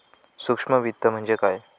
सूक्ष्म वित्त म्हणजे काय?